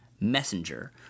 Messenger